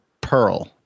Pearl